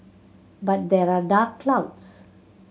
but there are dark clouds